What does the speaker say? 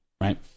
right